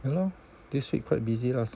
ya lor this week quite busy lah